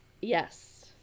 Yes